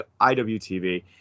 IWTV